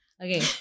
okay